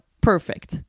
perfect